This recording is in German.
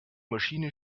maschine